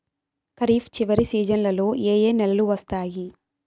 ఖరీఫ్ చివరి సీజన్లలో ఏ ఏ నెలలు వస్తాయి